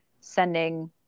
sending